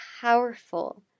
powerful